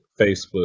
Facebook